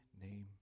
name